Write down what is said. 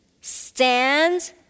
stand